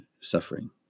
suffering